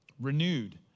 renewed